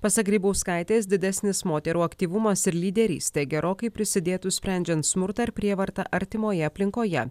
pasak grybauskaitės didesnis moterų aktyvumas ir lyderystė gerokai prisidėtų sprendžiant smurtą ir prievartą artimoje aplinkoje